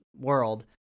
world